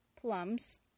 plums